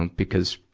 and because,